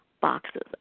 boxes